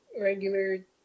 regular